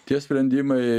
tie sprendimai